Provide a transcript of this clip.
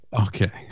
okay